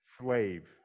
slave